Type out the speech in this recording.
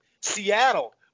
Seattle